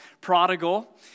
Prodigal